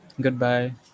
Goodbye